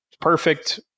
perfect